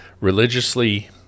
religiously